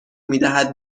میدهد